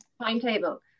timetable